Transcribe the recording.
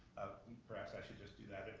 perhaps i should just do that.